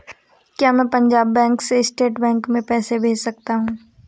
क्या मैं पंजाब बैंक से स्टेट बैंक में पैसे भेज सकता हूँ?